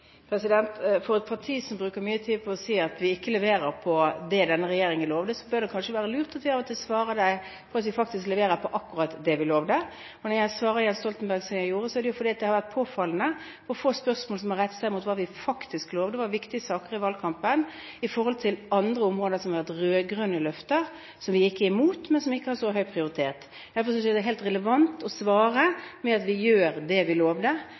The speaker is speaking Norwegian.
et parti som bruker mye tid på å si at denne regjeringen ikke leverer det den lovet, kan det kanskje være lurt at vi av og til svarer at vi leverer akkurat det vi lovet. Det at jeg svarte Jens Stoltenberg slik jeg gjorde, var fordi påfallende få spørsmål har handlet om hva vi lovet, og hva som var viktige saker i valgkampen, i forhold til områder der de rød-grønne har hatt løfter – løfter som vi ikke er imot, men som ikke har så høy prioritet. Derfor synes jeg det er helt relevant å svare med at vi gjør det vi lovet, vi gjør det